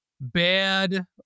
Bad